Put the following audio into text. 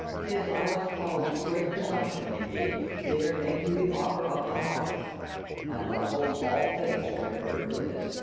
tis i must own, a great presumption in me to dare make you the offer of my heart my love hopes all things from your perfect goodness,